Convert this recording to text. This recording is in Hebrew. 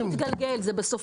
זה גם מתגלגל בסוף,